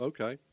Okay